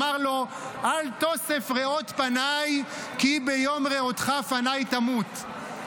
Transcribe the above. אמר לו: "אל תסף ראות פני כי ביום ראתך פני תמות".